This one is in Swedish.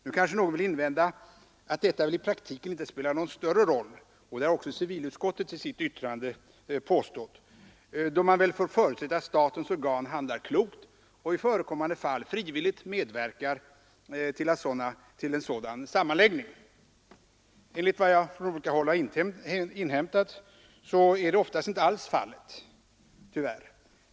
Nu kanske någon vill invända att detta väl i praktiken inte spelar någon större roll — det har också civilutskottet påstått i sitt yttrande — då man väl får förutsätta att statens organ handlar klokt och i förekommande fall frivilligt medverkar till en sådan sammanläggning. Enligt vad jag från olika håll har inhämtat är det oftast inte alls fallet, tyvärr.